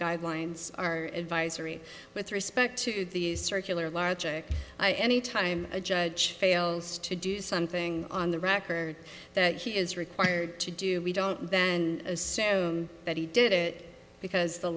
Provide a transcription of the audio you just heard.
guidelines are advisory with respect to the circular logic by any time a judge fails to do something on the record that he is required to do we don't then assume that he did it because the